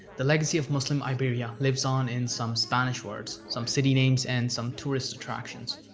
the legacy of muslim iberia lives on in some spanish words, some city names and some tourist attractions.